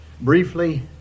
Briefly